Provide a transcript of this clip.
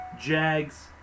Jags